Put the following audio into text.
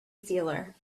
sealer